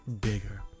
bigger